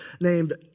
named